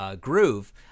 groove